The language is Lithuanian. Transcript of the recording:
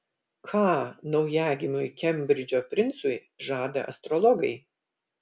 ką naujagimiui kembridžo princui žada astrologai